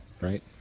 right